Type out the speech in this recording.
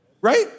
Right